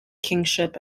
kingship